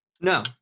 no